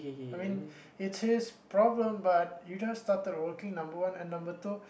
I mean it's his problem but you just started working number one and number two